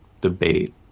debate